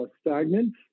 stagnant